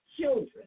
children